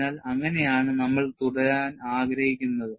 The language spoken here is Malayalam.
അതിനാൽ അങ്ങനെയാണ് നമ്മൾ തുടരാൻ ആഗ്രഹിക്കുന്നത്